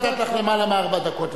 הנה כבר נתתי לך למעלה מארבע דקות.